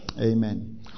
Amen